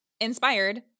inspired